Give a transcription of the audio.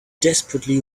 desperately